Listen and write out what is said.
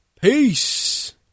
Peace